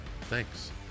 thanks